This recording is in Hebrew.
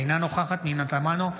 אינה נוכחת פנינה תמנו,